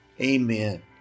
amen